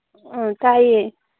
ꯑ ꯇꯥꯏꯌꯦ